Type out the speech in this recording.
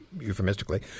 Euphemistically